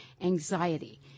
anxiety